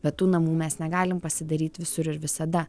bet tų namų mes negalim pasidaryt visur ir visada